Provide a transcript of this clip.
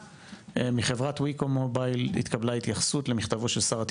מחברת מובייל - התקבלה התייחסות למכתבו של שר התקשורת,